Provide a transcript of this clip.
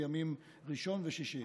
בימים ראשון ושישי,